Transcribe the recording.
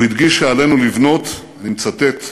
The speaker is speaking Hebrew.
הוא הדגיש שעלינו לבנות, אני מצטט,